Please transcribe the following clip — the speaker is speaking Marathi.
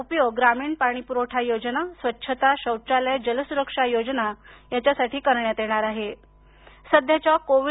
उपयोग ग्रामीण पाणी पुरवठा योजना स्वच्छता शौचालय जल सुरक्षा आदी योजनांसाठी करण्यात येणार आहेसध्याच्या कोविड